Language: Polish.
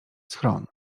schron